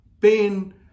pain